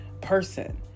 person